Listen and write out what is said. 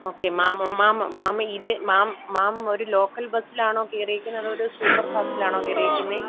okay ma'am ma'am ma'am ഇത് ma'am ma'am ഒരു local ബസ്സിലാണോ കയറിയിരിക്കുന്നത് അതോ ഒരു സൂപ്പർ ഫാസ്റ്റിലാണോ കയറിയിരിക്കുന്നത്